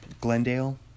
Glendale